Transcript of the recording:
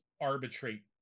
arbitrate